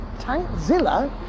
Tankzilla